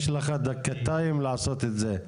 יש לך דקותיים לעשות את זה.